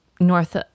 north